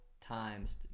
times